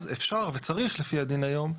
אז אפשר וצריך לפי הדין היום,